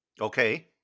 Okay